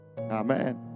amen